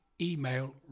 email